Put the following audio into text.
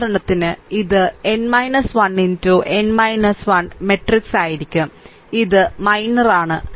ഉദാഹരണത്തിന് ഇത് n 1 n 1 matrix ആയിരിക്കും ഇത് മൈനർ ആണ്